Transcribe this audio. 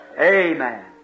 Amen